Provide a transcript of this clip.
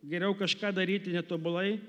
geriau kažką daryti netobulai